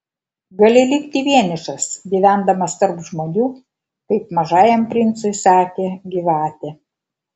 gali likti vienišas gyvendamas tarp žmonių kaip mažajam princui sakė gyvatė